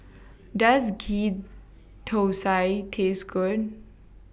Does Ghee Thosai Taste Good